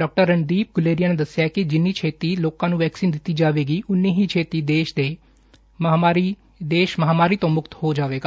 ਡਾ ਰਣਦੀਪ ਗੁਲੇਰੀਆ ਨੇ ਕਿਹਾ ਕਿ ਜਿਨ੍ਨੀਂ ਛੇਤੀ ਲੋਕਾਂ ਨੂੰ ਵੈਕਸੀਨ ਦਿੱਤੀ ਜਾਵੇਗੀ ਉਨੂੰਾ ਹੀ ਛੇਤੀ ਦੇਸ਼ ਇਸ ਮਹਾਂਮਾਰੀ ਤੋਂ ਮੁਕਤ ਹੋ ਜਾਵੇਗਾ